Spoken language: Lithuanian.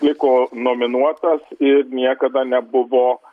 liko nominuotas ir niekada nebuvo